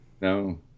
no